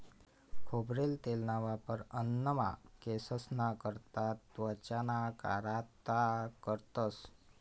खोबरेल तेलना वापर अन्नमा, केंससना करता, त्वचाना कारता करतंस